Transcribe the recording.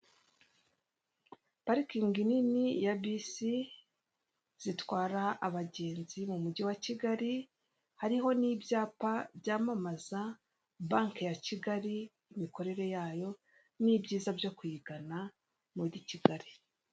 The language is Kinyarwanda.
Parikingi nini ya bisi zitwara abagenzi mu mujyi wa Kigali hariho n'ibyapa byamamaza banke ya Kigali, imikorere yayo n'ibyiza byo kuyigana muri Kigali.